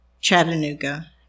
Chattanooga